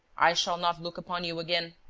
i shall not look upon you again.